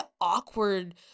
awkward